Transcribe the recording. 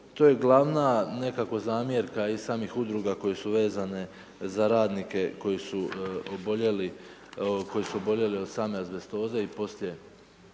To je glavna nekako zamjerka i samih Udruga koje su vezane za radnike koji su oboljeli od same azbestoze i poslije